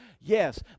Yes